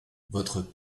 votre